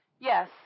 Yes